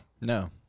No